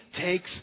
takes